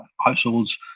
households